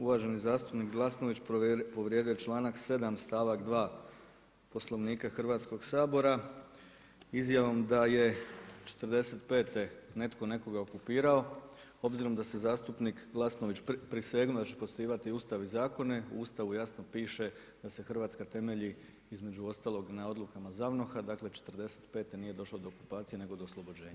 Uvaženi zastupnik Glasnović povrijedio je članak 7. stavka 2. Poslovnika Hrvatskog sabora izjavom da je '45. netko nekoga okupirao, obzirom da je zastupnik Glasnović prisegnuo da će poštovati Ustav i zakone, u Ustavu jasno piše da se Hrvatska temelji između ostalog na odlukama ZAVNOH-a, dakle '45. nije došlo do okupacije nego do oslobođenja.